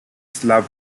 slab